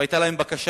והיתה להם גם בקשה